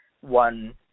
one